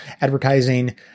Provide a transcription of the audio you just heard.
advertising